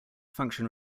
function